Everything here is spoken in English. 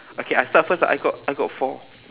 okay I start first ah I got I got four